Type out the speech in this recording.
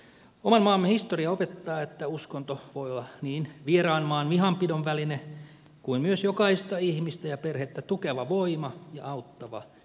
oman maamme historia opettaa että uskonto voi olla niin vieraan maan vihanpidon väline kuin myös jokaista ihmistä ja perhettä tukeva voima ja auttava käsi